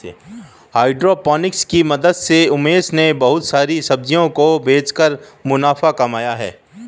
hydroponics की मदद से उमेश ने बहुत सारी सब्जियों को बेचकर मुनाफा कमाया है